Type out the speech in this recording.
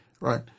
right